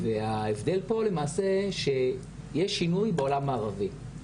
ההבדל פה למעשה שיש שינוי בעולם המערבי.